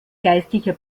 geistlicher